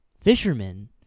fisherman